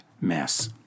mess